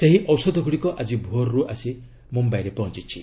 ସେହି ଔଷଧଗୁଡ଼ିକ ଆଜି ଭୋର ଆସି ମୁମ୍ବାଇରେ ପହଞ୍ଚୁଛି